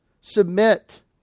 submit